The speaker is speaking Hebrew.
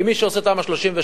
עם מי שעושה תמ"א 38,